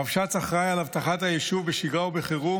הרבש"ץ אחראי לאבטחת היישוב בשגרה ובחירום